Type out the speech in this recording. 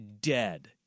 dead